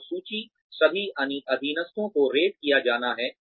और सूची सभी अधीनस्थों को रेट किया जाना है